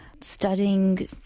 studying